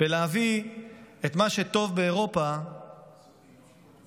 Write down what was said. בלהביא את "מה שטוב באירופה טוב לישראל".